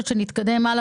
שקל.